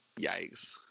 yikes